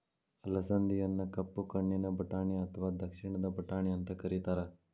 ಅಲಸಂದಿಯನ್ನ ಕಪ್ಪು ಕಣ್ಣಿನ ಬಟಾಣಿ ಅತ್ವಾ ದಕ್ಷಿಣದ ಬಟಾಣಿ ಅಂತ ಕರೇತಾರ